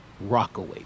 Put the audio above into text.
Rockaway